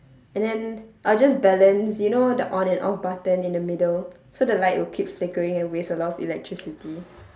and then I'll just balance you know the on and off button in the middle so the light will keep flickering and waste a lot of electricity